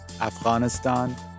Afghanistan